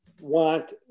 want